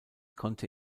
konnte